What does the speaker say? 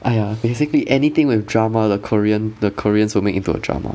!aiya! basically anything with drama the korean the koreans will make into a drama